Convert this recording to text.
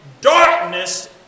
darkness